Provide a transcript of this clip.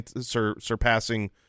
surpassing